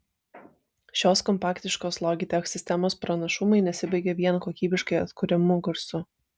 šios kompaktiškos logitech sistemos pranašumai nesibaigia vien kokybiškai atkuriamu garsu